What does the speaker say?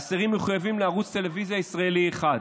האסירים מחויבים לערוץ טלוויזיה ישראלי אחד.